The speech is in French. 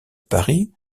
paris